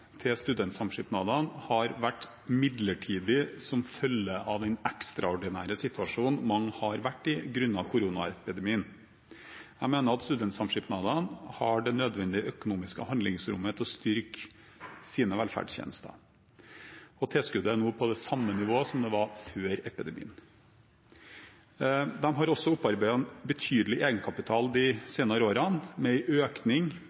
til studentsamskipnadene har vært midlertidige som følge av den ekstraordinære situasjonen mange har vært i grunnet koronaepidemien. Jeg mener at studentsamskipnadene har det nødvendige økonomiske handlingsrommet til å styrke sine velferdstjenester. Tilskuddet er nå på samme nivå som det var før epidemien. De har også opparbeidet seg betydelig egenkapital de senere årene, med en økning